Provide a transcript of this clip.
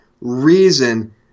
reason